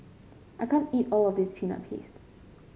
I can't eat all of this Peanut Paste